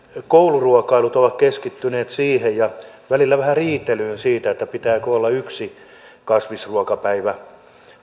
kouluruokailut ovat keskittyneet siihen ja välillä vähän riitelyyn siitä pitääkö olla yksi kasvisruokapäivä